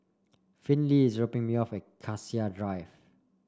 Finley is dropping me off at Cassia Drive